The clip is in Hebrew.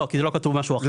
לא, כי לא כתוב משהו אחר.